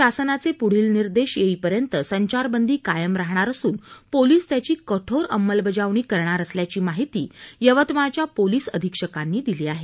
शासनाचे पुढील निर्देश येईपर्यंत संचारबंदी कायम राहणार असून पोलीस त्याची कठोर अंमलबजावणी करणार असल्याची माहिती यवतमाळच्या पोलिस अधिक्षकांनी दिली आहे